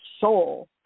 Soul